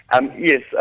Yes